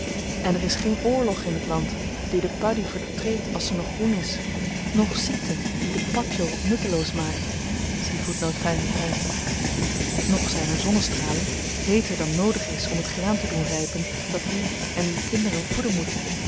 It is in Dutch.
en er is geen oorlog in het land die de padie vertreedt als ze nog groen is noch ziekte die den patjol nutteloos maakt noch zyn er zonnestralen heeter dan noodig is om het graan te doen rypen dat u en uw kinderen voeden moet